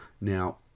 Now